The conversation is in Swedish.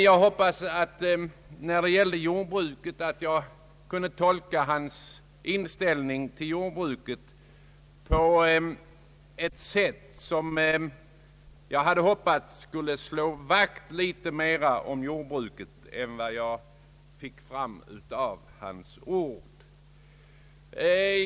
Jag hoppades att jag skulle kunna tolka hans inställning till jordbruket på det sättet, att han önskade slå vakt litet mera om jordbruket än som framgick av hans ord.